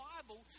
Bible